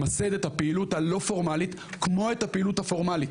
למסד את הפעילות הלא פורמלית כמו את הפעילות הפורמלית,